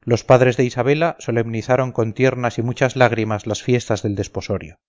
los padres de isabela solemnizaron con tiernas y muchas lágrimas las fiestas del desposorio